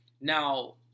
now